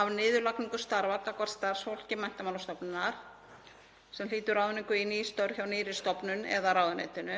af niðurlagningu starfa gagnvart starfsfólki Menntamálastofnunar sem hlýtur ráðningu í ný störf hjá nýrri stofnun eða ráðuneytinu